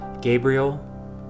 gabriel